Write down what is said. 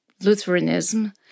Lutheranism